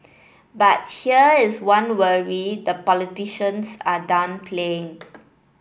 but here is one worry the politicians are downplaying